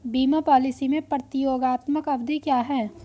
बीमा पॉलिसी में प्रतियोगात्मक अवधि क्या है?